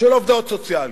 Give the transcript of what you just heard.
של עובדות סוציאליות.